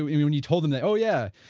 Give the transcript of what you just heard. when you told them that, oh yeah,